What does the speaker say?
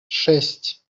шесть